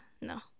no